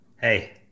Hey